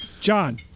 John